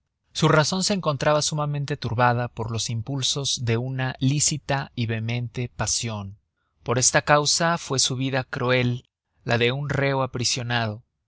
su razon se encontraba sumamente turbada por los impulsos de una lícita y vehemente pasion por esta causa fue su vida cruel la de un reo aprisionado